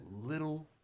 little